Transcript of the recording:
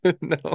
No